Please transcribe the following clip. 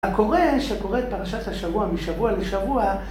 הקורא שקורא את פרשת השבוע משבוע לשבוע